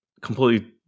Completely